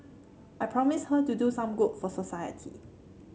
I promised her to do some good for society